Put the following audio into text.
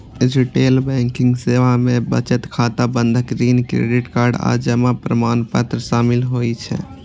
retail banking सेवा मे बचत खाता, बंधक, ऋण, क्रेडिट कार्ड आ जमा प्रमाणपत्र शामिल होइ छै